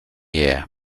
year